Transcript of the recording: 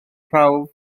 prawf